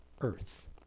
earth